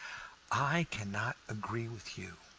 i cannot agree with you.